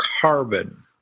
carbon